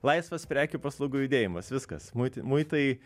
laisvas prekių paslaugų judėjimas viskas muitai muitai